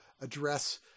address